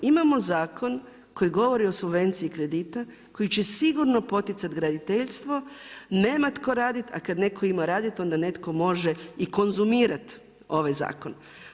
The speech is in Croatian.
Imamo zakon koji govori o subvenciji kredita, koji će sigurno poticati graditeljstvo, nema tko radit, a kada netko ima radit, onda netko može i konzumirat ovaj zakon.